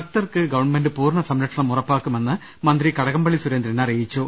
ഭക്തർക്ക് ഗവൺമെന്റ് പൂർണ്ണ സുരക്ഷ ഉറപ്പാക്കുമെന്ന് മന്ത്രി കടകം പള്ളി സുരേന്ദ്രൻ അറിയിച്ചു